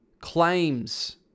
claims